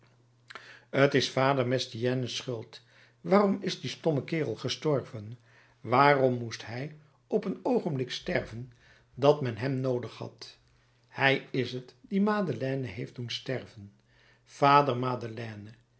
t is vader mestiennes schuld waarom is die domme kerel gestorven waarom moest hij op een oogenblik sterven dat men hem noodig had hij is t die madeleine heeft doen sterven vader madeleine